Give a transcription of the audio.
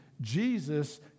Jesus